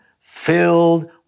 filled